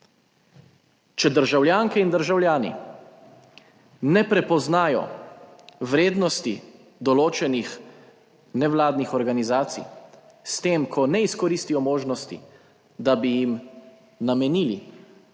Če državljanke in državljani ne prepoznajo vrednosti določenih nevladnih organizacij s tem, ko ne izkoristijo možnosti, da bi jim namenili